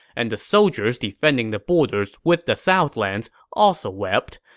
and the soldiers defending the borders with the southlands also wept.